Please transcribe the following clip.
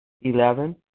eleven